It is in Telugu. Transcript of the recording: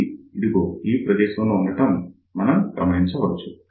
ఇది ఇదిగో ఈ ప్రదేశంలో ఉండటం మనం గమనించవచ్చు